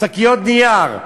שקיות נייר,